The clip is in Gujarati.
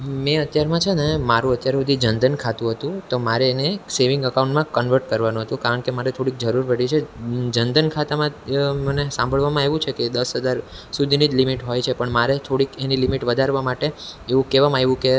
મેં અત્યારમાં છે ને મારું અત્યાર હુધી જનધન ખાતું હતું તો મારે એને સેવિંગ અકાઉન્ટમાં કન્વર્ટ કરવાનું હતું કારણ કે મારે થોડીક જરૂર પડી છે જનધન ખાતામાં મને સાંભળવામાં આવ્યું છે કે દસ હજાર સુધીની જ લિમિટ હોય છે પણ મારે થોડીક એની લિમિટ વધારવા માટે એવું કહેવામાં આવ્યું કે